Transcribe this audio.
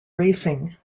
racing